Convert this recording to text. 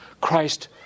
Christ